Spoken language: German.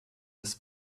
des